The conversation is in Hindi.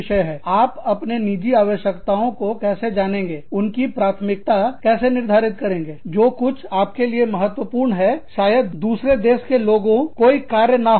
आप अपने निजी आवश्यकताओं को कैसे जानेंगे उनकी प्राथमिकता कैसे निर्धारित करेंगे जो कुछ आपके लिए महत्वपूर्ण है शायद दूसरे देशों के लोगों कोई कार्य नहीं हो